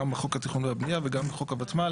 גם בחוק התכנון והבנייה וגם בחוק הוותמ"ל